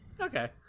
Okay